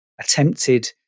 attempted